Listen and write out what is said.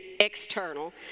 external